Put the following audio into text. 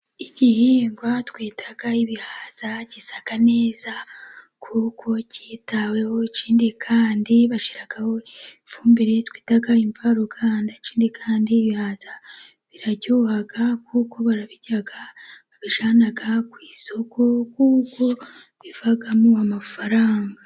Igihingwa twita ibihaza， gisa neza kuko kitaweho， ikindi kandi bashyiraho ifumbire twita imvaruganda， ikindi kandi ibihaza biraryoha，kuko barabirya，babijyana ku isoko， kuko bivamo amafaranga.